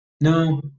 no